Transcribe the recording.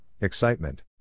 excitement